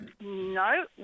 No